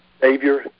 Savior